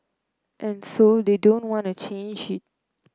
and so they don't want to change it